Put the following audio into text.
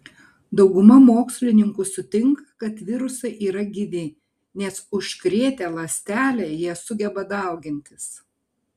dauguma mokslininkų sutinka kad virusai yra gyvi nes užkrėtę ląstelę jie sugeba daugintis